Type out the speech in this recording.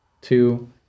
Two